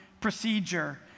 procedure